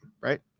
right